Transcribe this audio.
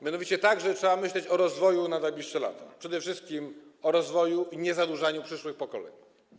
Mianowicie tak, że trzeba myśleć o rozwoju na najbliższe lata, przede wszystkim o rozwoju i niezadłużaniu przyszłych pokoleń.